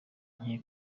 nke